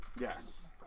Yes